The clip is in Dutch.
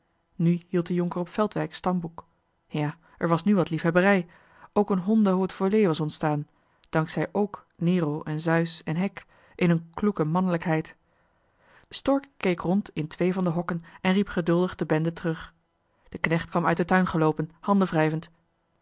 nu hield de jonker op veldheim stamboek behalve zijn eigen er een voor zijn hokken ja er was nu wat liefhebberij een honden haute volée was ontstaan dank zij k nero en zeus en hec in hun kloeke mannelijkheid stork keek rond in twee van de hokken en riep geduldig de bende terug de knecht kwam uit den tuin geloopen